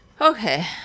Okay